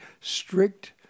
strict